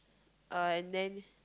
uh and then